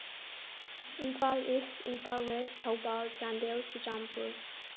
Imphal is Imphal was Thoubal Chandel Churachandpur